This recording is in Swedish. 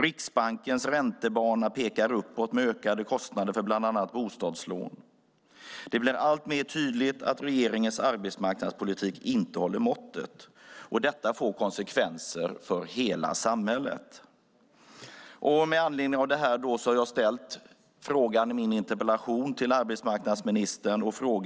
Riksbankens räntebana pekar uppåt med ökade kostnader för bland annat bostadslån. Det blir alltmer tydligt att regeringens arbetsmarknadspolitik inte håller måttet, och detta får konsekvenser för hela samhället. Med anledning av detta har jag ställt en fråga till arbetsmarknadsministern i min interpellation.